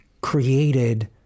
created